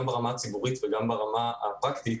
גם ברמה הציבורית וגם ברמה הפרקטית,